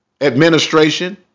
administration